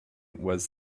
was